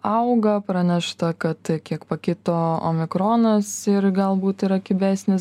auga pranešta kad kiek pakito omikronas ir galbūt yra kibesnis